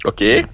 Okay